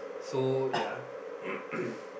so yea